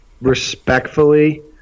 Respectfully